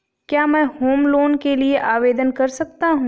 क्या मैं home loan के लिए आवेदन कर सकता हूं?